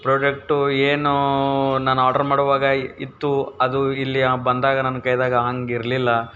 product ಏನು ನಾನು order ಮಾಡುವಾಗ ಇತ್ತು ಅದು ಇಲ್ಲಿ ಬಂದಾಗ ನನ್ನ ಕೈದಾಗ ಹಾಗಿರ್ಲಿಲ್ಲ